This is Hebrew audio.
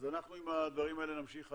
אז אנחנו עם הדברים האלה נמשיך הלאה,